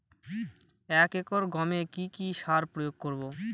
এক একর গমে কি কী সার প্রয়োগ করব?